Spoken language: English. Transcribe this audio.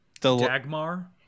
Dagmar